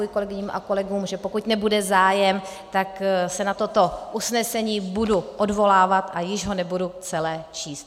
A slibuji kolegyním a kolegům, že pokud nebude zájem, tak se na toto usnesení budu odvolávat a již ho nebudu celé číst.